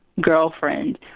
girlfriend